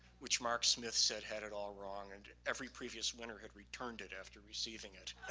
which mark smith said had it all wrong and every previous winner had returned it after receiving it.